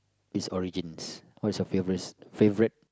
it's origins what is your favourite favourite